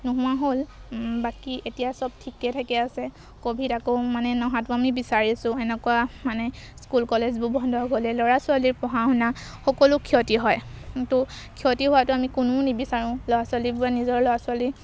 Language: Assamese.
নোহোৱা হ'ল বাকী এতিয়া চব ঠিকে থাকে আছে ক'ভিড আকৌ মানে নহাতো আমি বিচাৰিছোঁ এনেকুৱা মানে স্কুল কলেজবোৰ বন্ধ গ'লে ল'ৰা ছোৱালীৰ পঢ়া শুনা সকলো ক্ষতি হয় ত' ক্ষতি হোৱাটো আমি কোনেও নিবিচাৰোঁ ল'ৰা ছোৱালীবোৰে নিজৰ ল'ৰা ছোৱালী